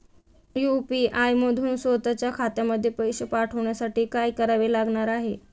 UPI मधून स्वत च्या खात्यात पैसे पाठवण्यासाठी काय करावे लागणार आहे?